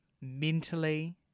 mentally